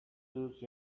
those